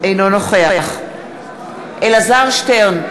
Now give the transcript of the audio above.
אינו נוכח אלעזר שטרן,